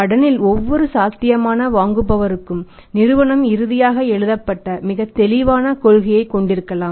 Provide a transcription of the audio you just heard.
கடனில் ஒவ்வொரு சாத்தியமான வாங்குபவருக்கும் நிறுவனம் இறுதியாக எழுதப்பட்ட மிக தெளிவான கொள்கையைக் கொண்டிருக்கலாம்